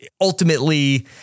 ultimately